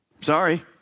Sorry